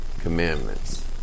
commandments